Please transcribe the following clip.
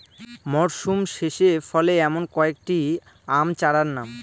মরশুম শেষে ফলে এমন কয়েক টি আম চারার নাম?